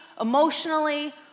emotionally